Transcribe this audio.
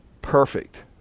perfect